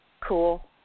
cool